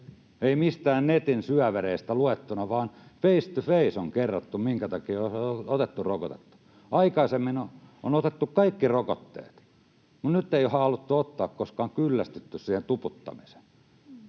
ei mistään netin syövereistä luettuna vaan face to face on kerrottu, minkä takia ei ole otettu rokotetta. Aikaisemmin on otettu kaikki rokotteet, mutta nyt ei ole haluttu ottaa, koska on kyllästytty siihen tuputtamiseen.